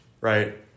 right